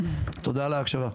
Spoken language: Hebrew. תודה על ההקשבה.